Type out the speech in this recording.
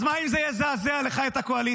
אז מה אם זה יזעזע לך את הקואליציה?